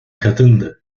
kadındı